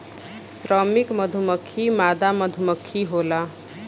श्रमिक मधुमक्खी मादा मधुमक्खी होला